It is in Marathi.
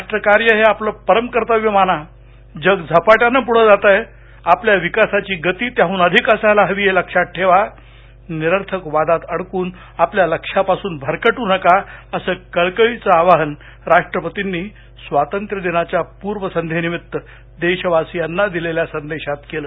राष्ट्रकार्य हे आपलं परम कर्तव्य माना जग झपाट्यानं पुढे जातं आहे आपल्या विकासाची गती त्याहन अधिक असायला हवी हे लक्षात ठेवानिर्शक वादात अडकून आपल्या लक्ष्यापासून भरकटू नका असं कळकळीचं आवाहन राष्ट्रपतींनी स्वातंत्र्यदिनाच्या पूर्वसंध्येनिमित्त देशवासियांना दिलेल्या संदेशात केलं